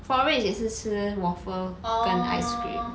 forage 也是吃 waffle 跟 ice cream